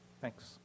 Thanks